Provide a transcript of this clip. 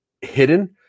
hidden